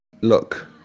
Look